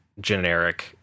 generic